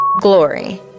Glory